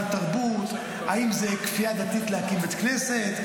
התרבות: האם זאת כפייה דתית להקים בית כנסת?